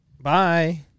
Bye